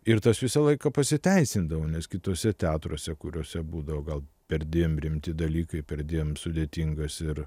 ir tas visą laiką pasiteisindavo nes kituose teatruose kuriuose būdavo gal perdėm rimti dalykai perdėm sudėtingas ir